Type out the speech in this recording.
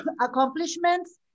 accomplishments